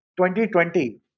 2020